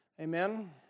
Amen